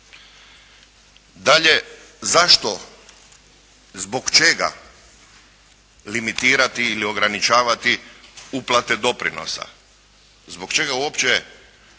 Dalje, zašto, zbog čega limitirati ili ograničavati uplate doprinosa? Zbog čega uopće